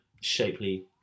shapely